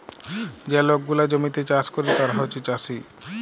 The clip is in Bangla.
যে লক গুলা জমিতে চাষ ক্যরে তারা হছে চাষী